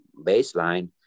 baseline